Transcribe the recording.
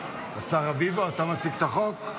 השר רביבו, אתה מציג את החוק?